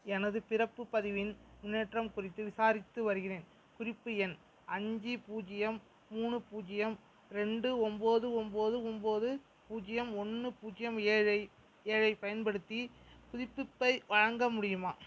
எனது பிறப்பு பதிவின் முன்னேற்றம் குறித்து விசாரித்து வருகிறேன் குறிப்பு எண் அஞ்சு பூஜ்யம் மூணு பூஜ்யம் ரெண்டு ஒன்போது ஒன்போது ஒன்போது பூஜ்யம் ஒன்று பூஜ்யம் ஏழைப் ஏழைப் பயன்படுத்தி புதுப்பிப்பை வழங்க முடியுமா